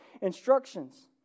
instructions